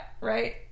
right